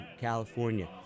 California